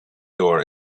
door